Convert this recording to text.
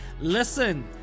Listen